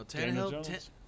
Tannehill